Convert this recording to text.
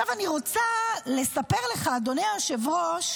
עכשיו אני רוצה לספר לך, אדוני היושב-ראש,